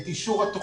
את אישור התוכנית